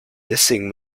deswegen